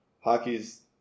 Hockey's